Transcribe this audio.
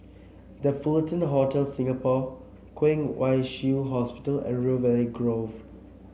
The Fullerton Hotel Singapore Kwong Wai Shiu Hospital and River Valley Grove